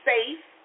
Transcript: safe